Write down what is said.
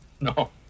No